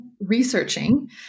researching